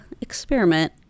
experiment